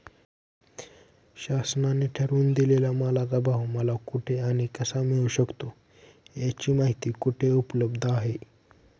शासनाने ठरवून दिलेल्या मालाचा भाव मला कुठे आणि कसा मिळू शकतो? याची माहिती कुठे उपलब्ध आहे?